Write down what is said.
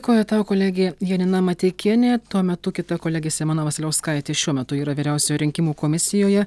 dėkoju tau kolegė janina mateikienė tuo metu kita kolegė simona vasiliauskaitė šiuo metu yra vyriausioje rinkimų komisijoje